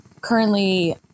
currently